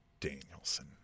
Danielson